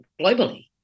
globally